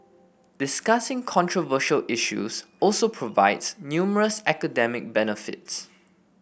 discussing controversial issues also provides numerous academic benefits